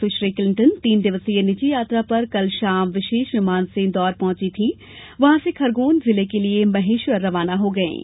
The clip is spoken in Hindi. सुश्री क्लिंटन तीन दिवसीय निजी यात्रा पर कल शाम विशेष विमान से इंदौर पहुंची थीं और वहां से खरगोन जिले के महेश्वर रवाना हो गयी थीं